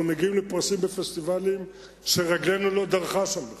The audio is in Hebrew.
אנחנו מגיעים לפרסים בפסטיבלים שרגלנו לא דרכה שם בכלל.